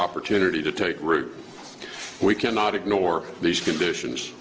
opportunity to take root we cannot ignore these conditions